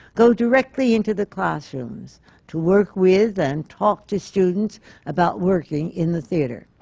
go directly into the classrooms to work with and talk to students about working in the theatre,